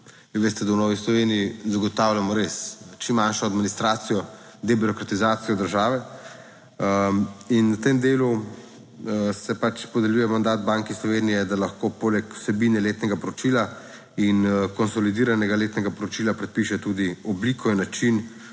veste, da v Novi Sloveniji zagotavljamo res čim manjšo administracijo, debirokratizacijo države. In v tem delu se pač podeljuje mandat Banki Slovenije, da lahko poleg vsebine letnega poročila in konsolidiranega letnega poročila predpiše tudi obliko in način